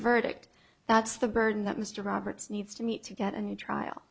verdict that's the burden that mr roberts needs to meet to get a new trial